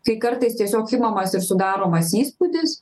kai kartais tiesiog imamas ir sudaromas įspūdis